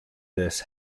this